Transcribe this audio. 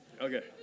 Okay